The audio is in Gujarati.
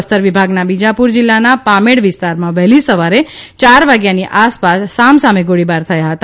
બસ્તર વિભાગના બીજાપુર જિલ્લાના પામેડ વિસ્તારમાં વહેલી સવારે યાર વાગ્યાની આસપાસ સામસામે ગોળીબાર થયા હતા